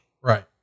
Right